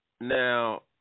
now